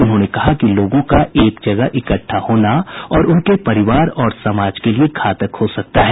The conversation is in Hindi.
उन्होंने कहा कि लोगों का एक जगह इकट्ठा होना उनके परिवार और समाज के लिए घातक हो सकता है